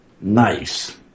Nice